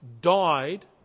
died